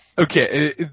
Okay